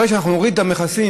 ברגע שאנחנו נוריד את המכסים,